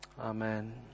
Amen